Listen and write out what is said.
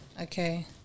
Okay